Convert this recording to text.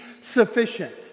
sufficient